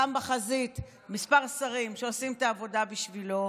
שם בחזית מספר שרים שעושים את העבודה בשבילו,